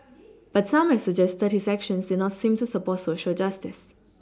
but some have suggested his actions did not seem to support Social justice